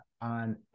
on